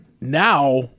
now